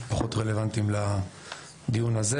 הם פחות רלוונטיים לדיון הזה.